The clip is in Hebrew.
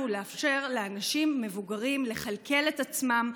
לאפשר לאנשים מבוגרים לכלכל את עצמם,